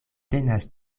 tenas